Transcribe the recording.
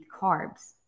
carbs